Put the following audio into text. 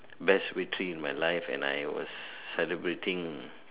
best victory in my life and I was celebrating